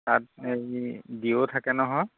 তাত এই দিও থাকে নহয়